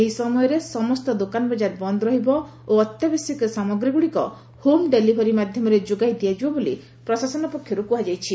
ଏହି ସମୟରେ ସମସ୍ତ ଦୋକାନବଜାର ବନ୍ଦରହିବ ଓ ଅତ୍ୟାବଶ୍ୟକ ସାମଗ୍ରୀଗୁଡିକ ହୋମ ଡେଲିଭରି ମାଧ୍ଧମରେ ଯୋଗାଇ ଦିଆଯିବ ବୋଲି ପ୍ରଶାସନ ପକ୍ଷର୍ କୁହାଯାଇଛି